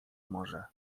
może